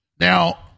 Now